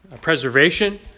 preservation